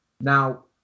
Now